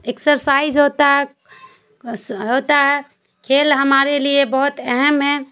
ایکسر size ہوتا ہے ہوتا ہے کھیل ہمارے لیے بہت اہم ہے